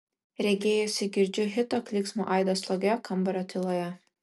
regėjosi girdžiu hito klyksmo aidą slogioje kambario tyloje